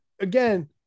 again